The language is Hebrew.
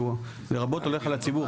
"לרבות" הולך על הציבור.